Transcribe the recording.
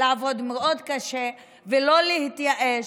לעבוד מאוד קשה ולא להתייאש,